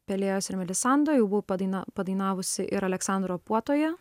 pelėjos ir melisando jau buvau padaina padainavusi ir aleksandro puotoje